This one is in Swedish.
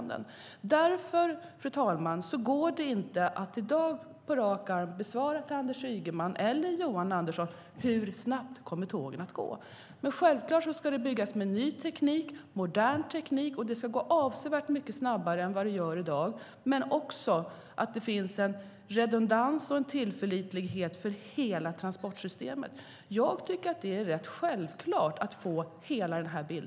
Därför, fru talman, går det inte att i dag på rak arm säga till Anders Ygeman och Johan Andersson hur snabbt tågen kommer att gå. Självfallet ska man bygga med ny och modern teknik, och tågen ska gå avsevärt mycket snabbare än i dag. Det ska också finnas en redundans och en tillförlitlighet i hela transportsystemet. Jag tycker att det är självklart att den totala bilden ska tas fram.